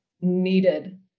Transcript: needed